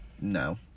no